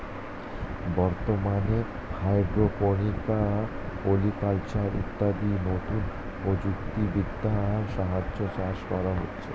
বর্তমানে hydroponics, polyculture ইত্যাদি নতুন প্রযুক্তি বিদ্যার সাহায্যে চাষ করা হচ্ছে